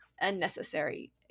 unnecessary